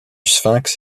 sphinx